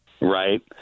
Right